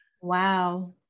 wow